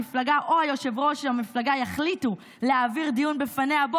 המפלגה או היו"ר של המפלגה יחליטו להעביר לדיון בפניה.